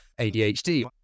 ADHD